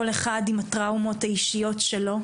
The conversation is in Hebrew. כל אחד עם הטראומות האישיות שלו.